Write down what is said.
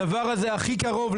הדבר הזה הכי קרוב,